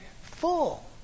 full